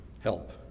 help